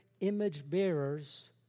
image-bearers